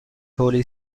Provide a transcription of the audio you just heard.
holy